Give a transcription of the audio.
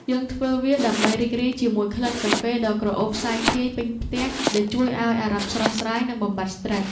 យើងធ្វើវាដើម្បីរីករាយជាមួយក្លិនកាហ្វេដ៏ក្រអូបសាយភាយពេញផ្ទះ ដែលជួយឱ្យអារម្មណ៍ស្រស់ស្រាយ និងបំបាត់ស្រ្តេស។